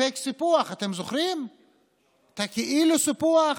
הפייק סיפוח, אתם זוכרים את הכאילו-סיפוח,